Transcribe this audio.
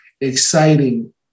exciting